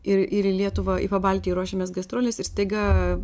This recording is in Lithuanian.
ir ir į lietuvą į pabaltį ruošiamės gastroles ir staiga